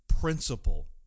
principle